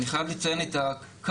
אני חייב לציין את הכעס,